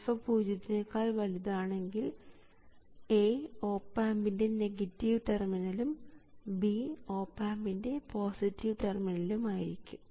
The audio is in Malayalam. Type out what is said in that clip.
α പൂജ്യത്തിനെക്കാൾ വലുതാണെങ്കിൽ A ഓപ് ആമ്പിൻറെ നെഗറ്റീവ് ടെർമിനലും B ഓപ് ആമ്പിൻറെ പോസിറ്റീവ് ടെർമിനലും ആയിരിക്കും